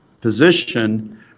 position